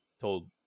told